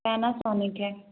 Panasonic है